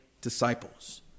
disciples